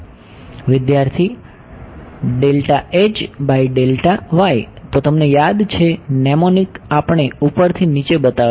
વિદ્યાર્થી તો તમને યાદ છે નેમોનિક આપણે ઉપરથી નીચે બનાવેલ છે